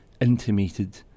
intimated